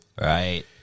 right